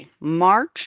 March